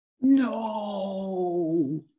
No